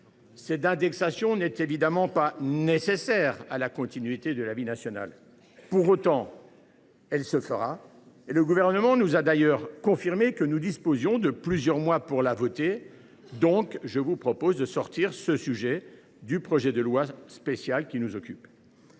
Cette indexation n’est évidemment pas nécessaire à la continuité de la vie nationale. Pour autant, elle se fera, et le Gouvernement nous a confirmé que nous disposions de plusieurs mois pour la voter. Je vous propose donc de sortir ce sujet du projet de loi spéciale qui nous occupe.